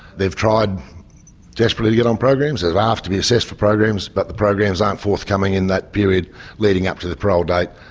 they've tried desperately to get on programs. they've asked to be assessed for programs but the programs aren't forthcoming in that period leading up to the parole date.